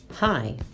Hi